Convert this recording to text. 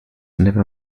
never